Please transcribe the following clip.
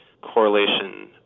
correlation